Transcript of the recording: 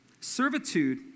Servitude